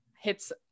hits